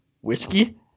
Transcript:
whiskey